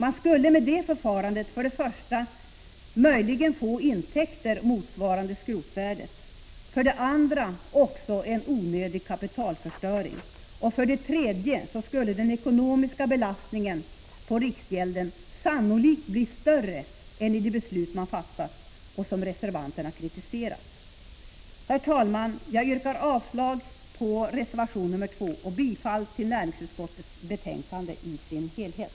För det första skulle man med det förfarandet möjligen få intäkter motsvarande skrotvärdet, för det andra skulle man få en onödig kapitalförstöring och för det tredje skulle den ekonomiska belastningen på riksgälden sannolikt bli större än den blir med det beslut man fattat och som reservanterna kritiserat. Herr talman! Jag yrkar avslag på reservation nr 2 och bifall till näringsutskottets hemställan i dess helhet.